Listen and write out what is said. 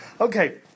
Okay